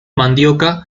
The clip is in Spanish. mandioca